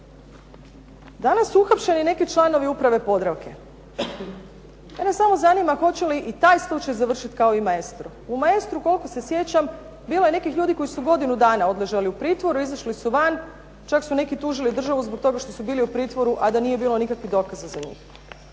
Danas su uhapšeni neki članovi uprave "Podravke". Mene samo zanima, hoće li i taj slučaj završiti kao i "Maestro"? U Maestru koliko se sjećam bilo je nekih ljudi koji su godinu dana odležali u pritvoru, izišli su van, čak su neki tužili državu zbog toga što su bili u pritvoru, a da nije bilo nikakvih dokaza za njih.